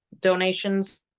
donations